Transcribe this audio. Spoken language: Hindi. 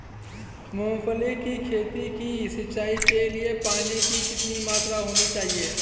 मूंगफली की खेती की सिंचाई के लिए पानी की कितनी मात्रा होनी चाहिए?